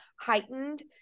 heightened